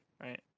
right